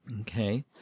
Okay